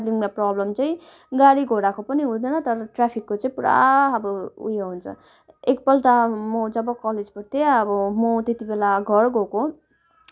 अब ट्रभालिङमा प्रब्लम चाहिँ गाडी घोडाको पनि हुँदैन तर ट्राफिकको चाहिँ पुरा अब उयो हुन्छ एकपल्ट म जब कलेज पढ्थेँ अब म त्यति बेला घर गएको